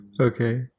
Okay